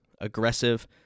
aggressive